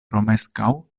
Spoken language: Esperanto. romeskaŭ